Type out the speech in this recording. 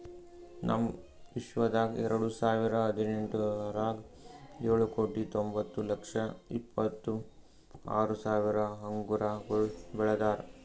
ನಮ್ ವಿಶ್ವದಾಗ್ ಎರಡು ಸಾವಿರ ಹದಿನೆಂಟರಾಗ್ ಏಳು ಕೋಟಿ ತೊಂಬತ್ತು ಲಕ್ಷ ಇಪ್ಪತ್ತು ಆರು ಸಾವಿರ ಅಂಗುರಗೊಳ್ ಬೆಳದಾರ್